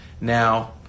now